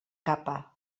capa